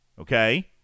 Okay